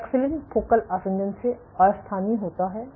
paxillin focal आसंजन से अस्थानीय होता है